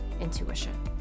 intuition